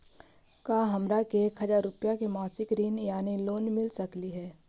का हमरा के एक हजार रुपया के मासिक ऋण यानी लोन मिल सकली हे?